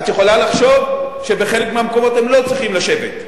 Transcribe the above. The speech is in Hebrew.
את יכולה לחשוב שבחלק מהמקומות הם לא צריכים לשבת.